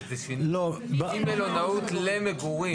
ממלונאות למגורים.